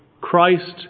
Christ